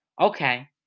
okay